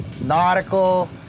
nautical